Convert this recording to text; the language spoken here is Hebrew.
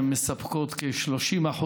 שמספקות כ-30%,